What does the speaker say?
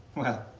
well,